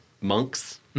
Monks